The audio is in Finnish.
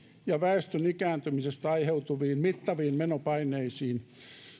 ja väestön ikääntymisestä aiheutuviin mittaviin menopaineisiin